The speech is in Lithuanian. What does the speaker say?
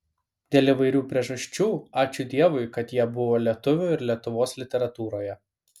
dėl įvairių priežasčių ačiū dievui kad jie buvo lietuvių ir lietuvos literatūroje